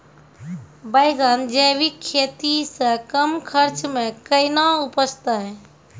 बैंगन जैविक खेती से कम खर्च मे कैना उपजते?